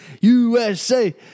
USA